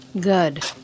Good